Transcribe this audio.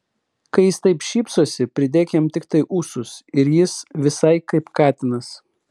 kai jis taip šypsosi pridėk jam tiktai ūsus ir jis visai kaip katinas